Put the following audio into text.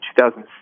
2006